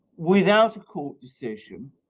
without a court decision,